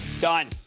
Done